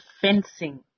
fencing